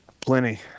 Plenty